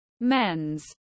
men's